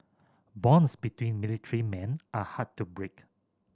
bonds between military men are hard to break